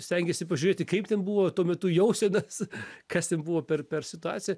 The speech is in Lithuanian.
stengiesi pažiūrėti kaip ten buvo tuo metu jausenas kas ten buvo per per situacija